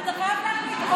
אתה חייב להחליט,